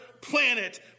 planet